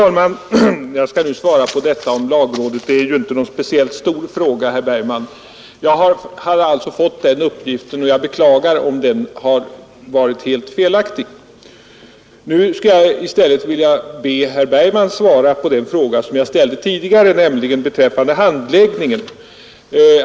Herr talman! Jag skall nu svara på frågan beträffande lagrådet. Det är ingen speciellt stor fråga, herr Bergman. Jag hade alltså fått den nämnda uppgiften. Jag beklagar om den var felaktig. I stället skulle jag vilja be herr Bergman svara på den fråga som jag ställde tidigare, nämligen beträffande handläggningen.